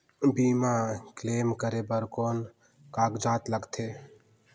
बीमा क्लेम करे बर कौन कागजात लगथे?